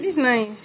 this is mine